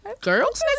girls